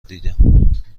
دیدم